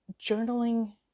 Journaling